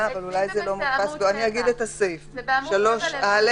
בניגוד להגבלות כפי שהוחלו"